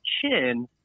chin